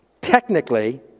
Technically